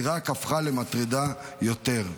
היא רק הפכה למטרידה יותר.